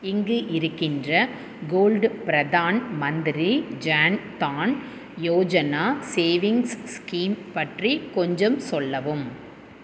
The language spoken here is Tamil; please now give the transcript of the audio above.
இங்கு இருக்கின்ற gold Pradhan Mantri Jan Dhan Yojana savings scheme பற்றி கொஞ்சம் சொல்லவும்